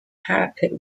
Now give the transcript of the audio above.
parapet